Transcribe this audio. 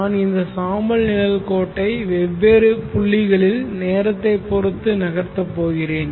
நான் இந்த சாம்பல் நிழல் கோட்டை வெவ்வேறு புள்ளிகளில் நேரத்தை பொருத்து நகர்த்தப் போகிறேன்